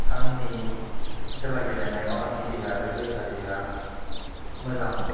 आंनि खेला गेलेनायाव आंनि देहायारि गोसोआरिया मोजां